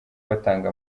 batanga